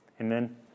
Amen